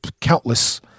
countless